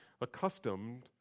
Accustomed